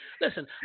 Listen